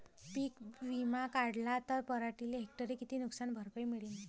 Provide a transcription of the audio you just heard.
पीक विमा काढला त पराटीले हेक्टरी किती नुकसान भरपाई मिळीनं?